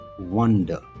wonder